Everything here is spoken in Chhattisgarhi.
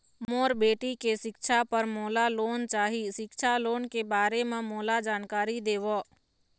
मोर बेटी के सिक्छा पर मोला लोन चाही सिक्छा लोन के बारे म मोला जानकारी देव?